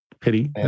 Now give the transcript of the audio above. Pity